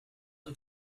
and